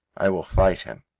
i will fight him.